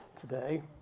today